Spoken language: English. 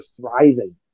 thriving